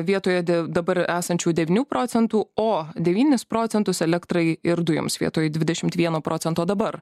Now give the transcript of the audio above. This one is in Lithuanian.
vietoje dabar esančių devynių procentų o devynis procentus elektrai ir dujoms vietoj dvidešimt vieno procento dabar